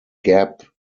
gap